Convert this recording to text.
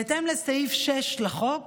בהתאם לסעיף 6 לחוק